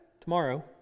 tomorrow